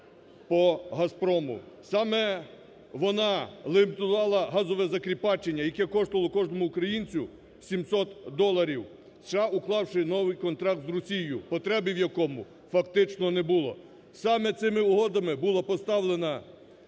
по "Газпрому". Саме вона …..…. газове закріпачення, яке коштувало кожному українцю 700 доларів США, уклавши новий контракт з Росією, потреби в якому фактично не було. Саме цими угодами була поставлена